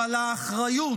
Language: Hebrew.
אבל האחריות,